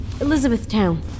Elizabethtown